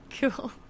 Cool